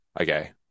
okay